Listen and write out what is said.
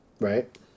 Right